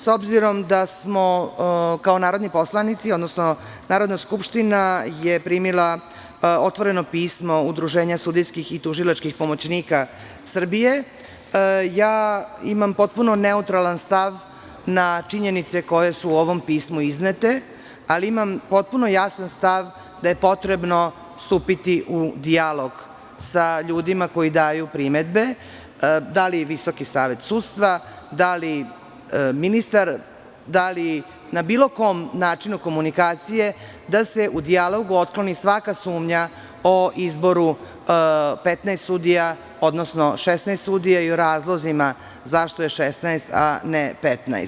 S obzirom da smo kao narodni poslanici, odnosno Narodna skupština je primila otvoreno pismo Udruženja sudijskih i tužilačkih pomoćnika Srbije i imam potpuno neutralan stav na činjenice koje su u ovom pismu iznete, ali imam potpuno jasan stav da je potrebno stupiti u dijalog sa ljudima koji daju primedbe, da li Visoki savet sudstva, da li ministar, da li na bilo kom načinu komunikacije da se u dijalogu otkloni svaka sumnja o izboru 15 sudija, odnosno 16 sudija i o razlozima zašto je 16 a ne 15.